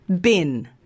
Bin